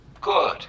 Good